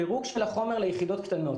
פירוק של החומר ליחידות קטנות.